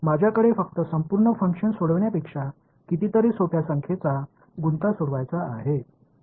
माझ्याकडे फक्त संपूर्ण फंक्शन सोडवण्यापेक्षा कितीतरी सोप्या संख्येचा गुंता सोडवायचा आहे